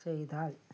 ചെയ്താൽ